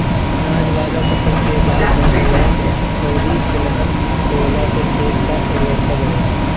अनाज वाला फसल के बाद दलहन अउरी तिलहन बोअला से खेत के उर्वरता बढ़ेला